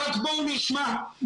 די,